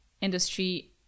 industry